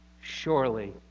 Surely